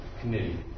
Committee